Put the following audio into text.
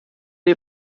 die